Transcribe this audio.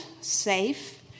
Safe